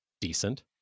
decent